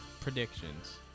predictions